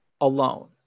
alone